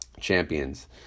champions